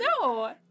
No